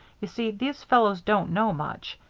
you see, these fellows don't know much.